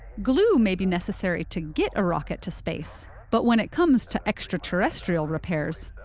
glue may be necessary to get a rocket to space, but when it comes to extraterrestrial repairs,